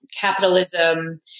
capitalism